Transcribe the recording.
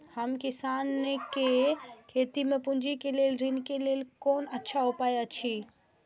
हम किसानके लेल खेती में पुंजी के लेल ऋण के लेल कोन अच्छा उपाय अछि?